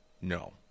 No